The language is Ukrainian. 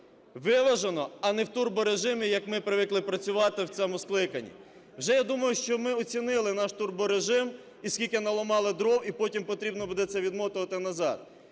виважено, а не в турборежимі, як ми привикли працювати в цьому скликанні. Вже, я думаю, що ми оцінили наш турборежим і скільки наламали дров, і потім потрібно буде це відмотувати назад.